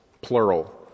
plural